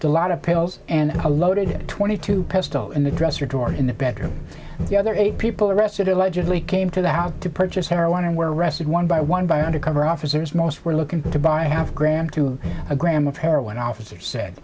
a lot of pills and a loaded twenty two pistol in the dresser drawer in the bedroom the other eight people arrested allegedly came to the house to purchase heroin and were arrested one by one by undercover officers most were looking to buy i have gram to a gram of heroin officer said